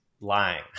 lying